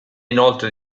inoltre